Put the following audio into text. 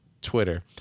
Twitter